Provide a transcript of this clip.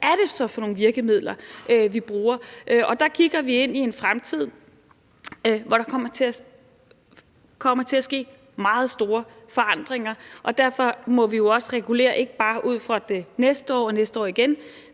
hvad det så er for nogle virkemidler, vi skal bruge. Der kigger vi ind i en fremtid, hvor der kommer til at ske meget store forandringer, og derfor må vi jo også regulere, ikke bare ud fra næste år og næste år igen,